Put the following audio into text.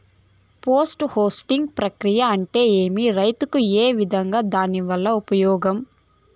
Post harvesting ప్రక్రియ అంటే ఏమి? రైతుకు ఏ విధంగా దాని వల్ల ఉపయోగం?